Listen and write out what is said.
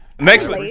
Next